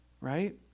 Right